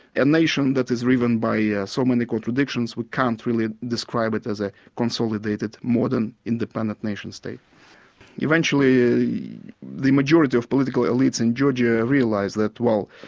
and nation that is riven by yeah so many contradictions we can't really describe it as a consolidated modern independent nation-state. eventually the majority of political elites in georgia realised that well